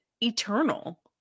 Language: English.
eternal